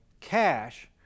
cash